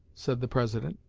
said the president,